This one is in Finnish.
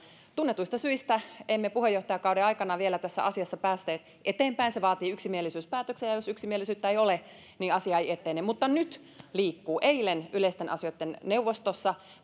tunnetuista syistä emme puheenjohtajakauden aikana vielä tässä asiassa päässeet eteenpäin se vaatii yksimielisyyspäätöksen ja jos yksimielisyyttä ei ole niin asia ei etene mutta nyt liikkuu eilen yleisten asioitten neuvostossa